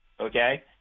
okay